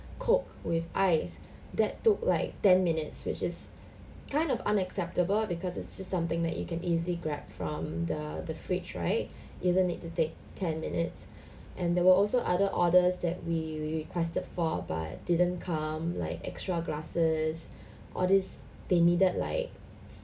coke with ice that took like ten minutes which is kind of unacceptable because it's just something that you can easily grab from the the fridge right isn't need to take ten minutes and there were also other orders that we requested for but didn't come like extra glasses all these they needed like